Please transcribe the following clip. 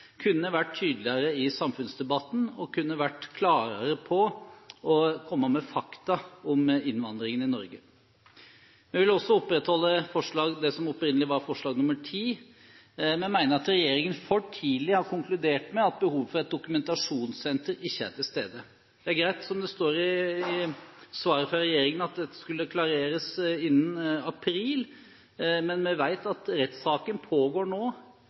kunne vært tydeligere i samfunnsdebatten og vært klarere på å komme med fakta om innvandringen i Norge. Vi vil også opprettholde det som opprinnelig var forslag nr. 10. Vi mener at regjeringen for tidlig har konkludert med at behovet for et dokumentasjonssenter ikke er til stede. Det er greit det som står i svaret fra statsråden, at dette skulle klareres innen april. Men rettssaken pågår nå. Vi vet at